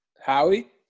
Howie